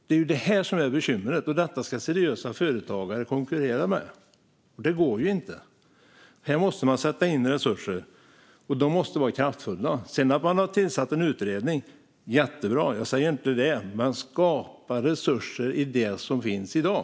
Det är det här som är bekymret, och det är detta som seriösa företagare ska konkurrera med. Det går ju inte. Här måste man sätta in resurser, och de måste vara kraftfulla. Att man har tillsatt en utredning är jättebra; jag säger inget annat. Men skapa resurser i det som finns i dag!